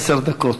עשר דקות.